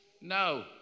No